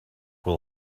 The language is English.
will